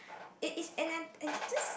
it is an an it just